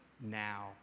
now